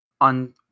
On